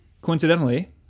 coincidentally